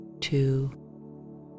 two